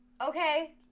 Okay